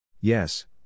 Yes